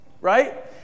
right